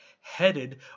headed